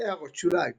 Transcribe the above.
== הערות שוליים ==